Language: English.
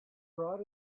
brought